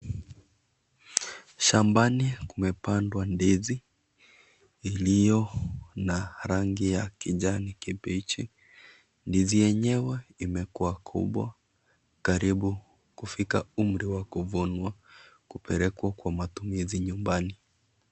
Shambani kumepandwa ndizi iliyo na rangi ya kijani kimbichi. Ndizi yenyewe imekuwa kubwa karibu kufika umri wa kuvunwa na kupelekwa kwa matumizi nyumbani.